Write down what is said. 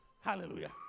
hallelujah